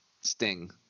Sting